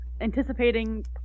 anticipating